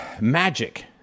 magic